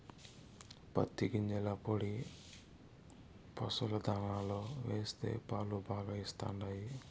పత్తి గింజల పొడి పశుల దాణాలో వేస్తే పాలు బాగా ఇస్తండాయి